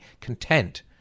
content